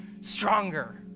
stronger